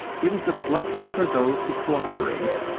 it is a blessing for those who co-operate,